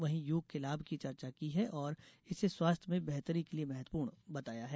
वहीं योग के लाभ की चर्चा की है और इसे स्वास्थ्य में बेहतरी के लिए महत्वपूर्ण बताया है